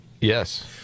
Yes